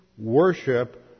worship